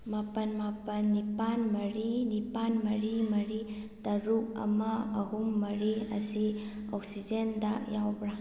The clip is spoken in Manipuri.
ꯃꯥꯄꯜ ꯃꯥꯄꯜ ꯅꯤꯄꯥꯜ ꯃꯔꯤ ꯅꯤꯄꯥꯜ ꯃꯔꯤ ꯃꯔꯤ ꯇꯔꯨꯛ ꯑꯃ ꯑꯍꯨꯝ ꯃꯔꯤ ꯑꯁꯤ ꯑꯣꯛꯁꯤꯖꯦꯟꯗ ꯌꯥꯎꯕ꯭ꯔꯥ